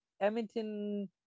Edmonton –